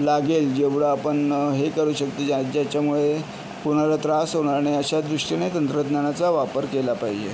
लागेल जेवढं आपण हे करू शकतो ज्याच्यामुळे कोणाला त्रास होणार नाही अशा दृष्टीने तंत्रज्ञानाचा वापर केला पाहिजे